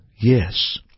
Yes